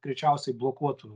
greičiausiai blokuotų